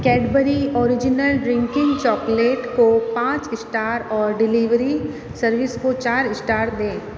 Cadbury original drinking chocolate को पाँच star और डिलीवरी सर्विस को चार स्टार दें